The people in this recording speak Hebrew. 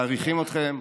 מעריכים אתכם,